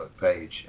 page